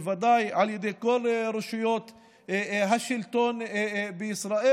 בוודאי על ידי כל רשויות השלטון בישראל.